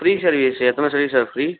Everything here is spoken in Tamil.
ஃப்ரீ சர்வீஸ் எத்தனை சர்வீஸ் சார் ஃப்ரீ